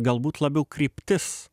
galbūt labiau kryptis